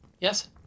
Yes